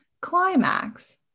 climax